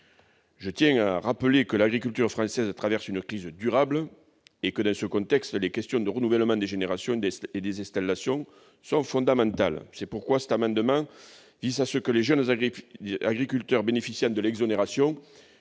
Je tiens à rappeler que l'agriculture française traverse une crise durable et que, dans ce contexte, les questions du renouvellement des générations et de l'installation sont fondamentales. C'est pourquoi cet amendement tend à permettre aux jeunes agriculteurs bénéficiant de l'exonération